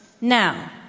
Now